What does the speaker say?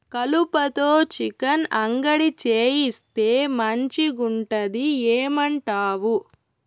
కలుపతో చికెన్ అంగడి చేయిస్తే మంచిగుంటది ఏమంటావు